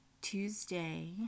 Tuesday